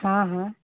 हाँ हाँ